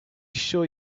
sure